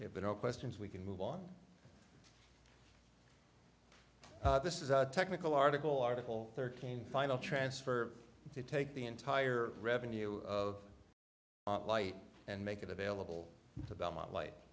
item have been no questions we can move on this is a technical article article thirteen final transfer to take the entire revenue of light and make it available to belmont light